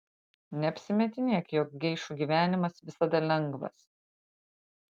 neapsimetinėk jog geišų gyvenimas visada lengvas